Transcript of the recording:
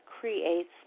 creates